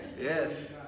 Yes